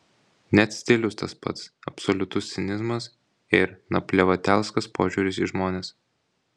net stilius tas pats absoliutus cinizmas ir naplevatelskas požiūris į žmones